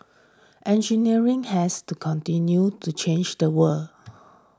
engineering has to continues to change the world